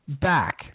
back